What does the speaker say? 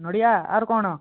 ନଡ଼ିଆ ଆର୍ କ'ଣ